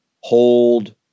Hold